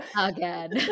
again